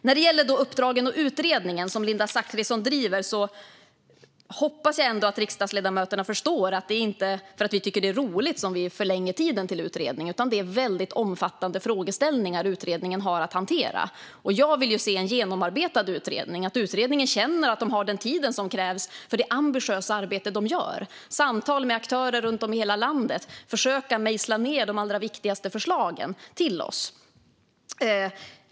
När det gäller uppdragen och den utredning som Linda Zachrison driver hoppas jag att riksdagsledamöterna förstår att det inte är för att vi tycker att det är roligt som vi förlänger tiden för utredningen, utan det är väldigt omfattande frågeställningar som den har att hantera. Jag vill se en genomarbetad utredning och att utredningen känner att de har den tid som krävs för det ambitiösa arbete de gör, med samtal med aktörer runt om i hela landet för att försöka mejsla ned de allra viktigaste förslagen till oss.